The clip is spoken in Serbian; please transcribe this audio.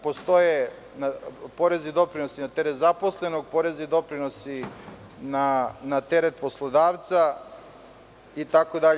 Postoje porezi i doprinosi na teret zaposlenog, porezi i doprinosi na teret poslodavca itd.